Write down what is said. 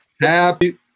happy